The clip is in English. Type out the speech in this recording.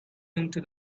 into